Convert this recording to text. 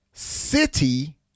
city